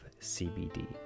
CBD